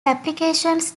applications